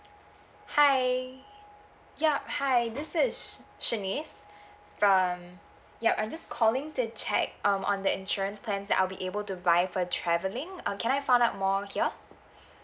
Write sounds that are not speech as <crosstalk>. hi yup hi this is sh~ shanice <breath> from yup I'm just calling to check um on the insurance plan that I'll be able to buy for travelling uh can I find out more here <breath>